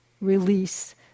release